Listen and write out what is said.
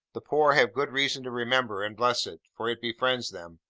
the poor have good reason to remember and bless it for it befriends them,